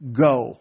go